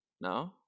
No